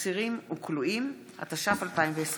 אסירים וכלואים), התש"ף 2020. תודה.